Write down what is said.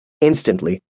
Instantly